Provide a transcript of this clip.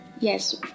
Yes